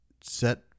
set